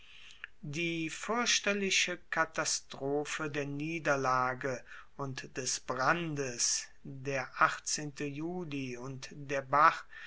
die fuerchterliche katastrophe der niederlage und des brandes der juli und der bach